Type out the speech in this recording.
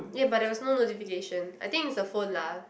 ya but there was no notification I think it's the phone lah